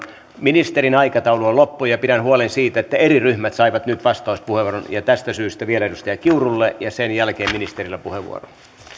ministerin aikataulu on loppu ja pidän huolen siitä että eri ryhmät saavat nyt vastauspuheenvuoron ja tästä syystä vielä edustaja kiurulle ja sen jälkeen ministerillä puheenvuoro arvoisa